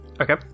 Okay